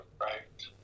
right